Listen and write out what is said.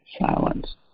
silence